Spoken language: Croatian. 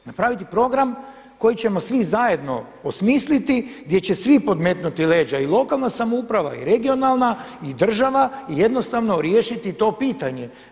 Napraviti program koji ćemo svi zajedno osmisliti gdje će svi podmetnuti leđa i lokalna samouprava i regionalna i država i jednostavno riješiti to pitanje.